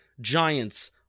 Giants